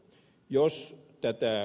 jos jättää